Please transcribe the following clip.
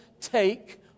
take